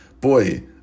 Boy